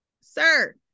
sir